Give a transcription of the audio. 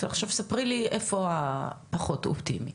עכשיו ספרי לי איפה הפחות אופטימי,